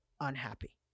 unhappy